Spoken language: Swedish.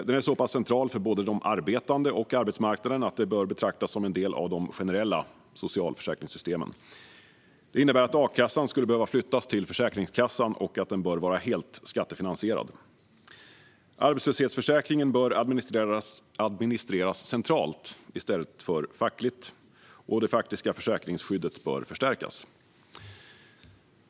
Den är så pass central för både de arbetande och arbetsmarknaden att den bör betraktas som en del av de generella socialförsäkringssystemen. Det innebär att a-kassan skulle behöva flyttas till Försäkringskassan och att den bör vara helt skattefinansierad. Arbetslöshetsförsäkringen bör administreras centralt i stället för fackligt, och det faktiska försäkringsskyddet bör förstärkas.